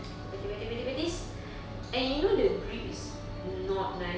aku practise practise practise and you know the grip is not nice